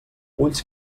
ulls